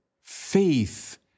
faith